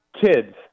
kids